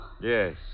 Yes